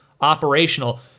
operational